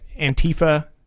antifa